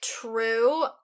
true